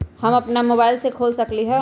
हम अपना मोबाइल से खोल सकली ह?